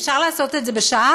אפשר לעשות את זה בשעה?